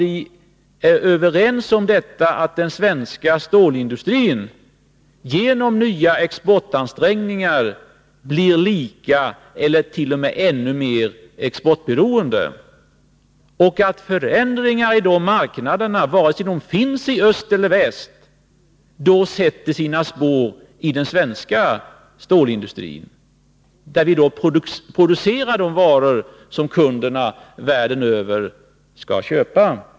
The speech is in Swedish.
Vi är överens om att den svenska stålindustrin genom nya exportansträngningar blir lika, eller t.o.m. ännu mer, exportberoende, och att förändringar i marknaderna, vare sig de finns i öst eller i väst, sätter sina spår i den svenska stålindustrin, där vi producerar de varor som kunderna världen över skall köpa.